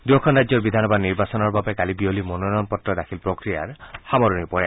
দুয়োখন ৰাজ্যৰ বিধানসভা নিৰ্বাচনৰ বাবে কালি বিয়লি মনোনয়ন পত্ৰ দাখিল প্ৰক্ৰিয়াৰ সামৰণি পৰে